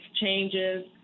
changes